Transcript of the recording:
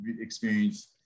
experience